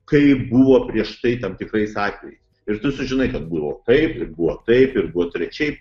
kaip buvo prieš tai tam tikrais atvejais ir tu sužinai kad buvo taip buvo taip ir buvo trečiaip